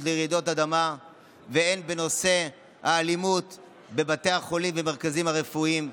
לרעידות אדמה והן בנושא האלימות בבתי החולים במרכזים הרפואיים.